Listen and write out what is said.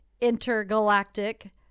Intergalactic